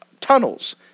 tunnels